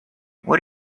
what